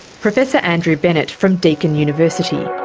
professor andrew bennett from deakin university.